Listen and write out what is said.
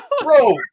bro